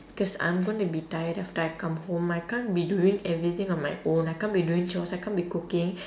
cause I'm gonna be tired after I come home I can't be doing everything on my own I can't be doing chores I can't be cooking